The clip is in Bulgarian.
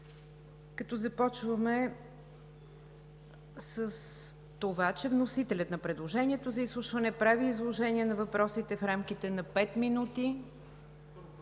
започва с това, че вносителят на предложението за изслушване прави изложение на въпросите в рамките на пет минути.